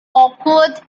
awkward